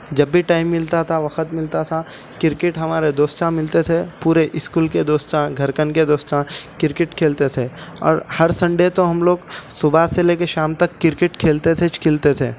جب بھی ٹائم ملتا تھا وق ت ملتا تھا کرکٹ ہمارے دوست ملتے تھے پورے اسکول کے دوست گھر کن کے دوست کرکٹ کھیلتے تھے اور ہر سنڈے تو ہم لوگ صبح سے لے کے شام تک کرکٹ کھیلتے ہی کھیلتے تھے